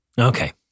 Okay